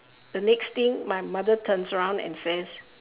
the next thing my mother turns around and says